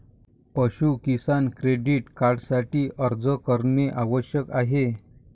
पाशु किसान क्रेडिट कार्डसाठी अर्ज करणे आवश्यक आहे